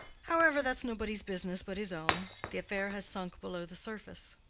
however, that's nobody's business but his own. the affair has sunk below the surface.